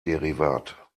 derivat